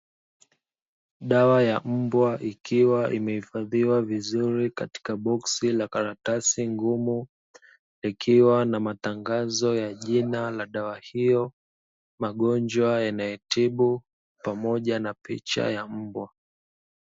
Dawa ya mbwa ikiwa imehifadhiwa vizuri katika boksi la karatasi ngumu, likiwa na matangazo la jina la dawa hiyo, magonjwa yanayotibu pamoja na picha ya mbwa.